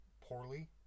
poorly